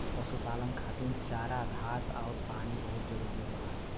पशुपालन खातिर चारा घास आउर पानी बहुत जरूरी होला